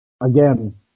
again